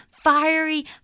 fiery